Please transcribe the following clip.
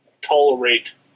tolerate